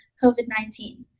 covid nineteen.